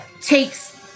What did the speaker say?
takes